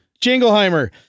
Jingleheimer